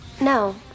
No